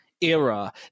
era